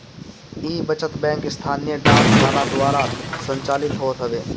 इ बचत बैंक स्थानीय डाक खाना द्वारा संचालित होत हवे